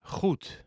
Goed